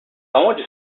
aonde